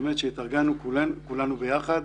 שהתארגנו כולנו ביחד.